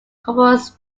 corpus